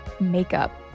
makeup